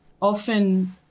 often